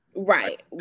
Right